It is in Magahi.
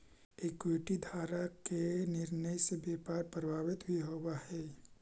इक्विटी धारक के निर्णय से व्यापार प्रभावित भी होवऽ हइ